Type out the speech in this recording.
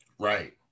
Right